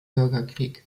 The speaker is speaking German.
bürgerkrieg